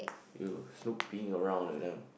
you snooping around with them